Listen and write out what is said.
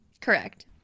Correct